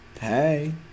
hey